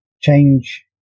change